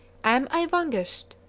am i vanquished?